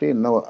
no